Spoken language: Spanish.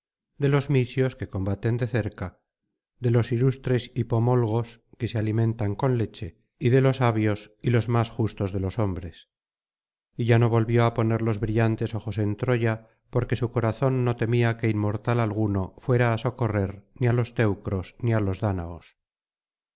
de los misios que combaten de cerca de los ilustres hipomolgos que se alimentan con leche y de los abios los más justos de los hombres y ya no volvió á poner los brillantes ojos en troya porque su corazón no temía que inmortal alguno fuera á socorrer ni á los teucros ni á los dáñaos